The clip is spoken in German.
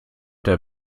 der